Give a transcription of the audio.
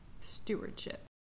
stewardship